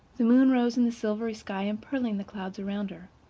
the moon rose in the silvery sky, empearling the clouds around her.